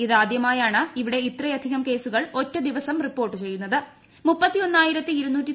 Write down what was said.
ഇതാദ്യമായാണ് ഇവിട്ടി ഇത്രയധികം കേസുകൾ ഒറ്റ ദിവസം റിപ്പോർട്ട് ചെയ്യുന്നിത്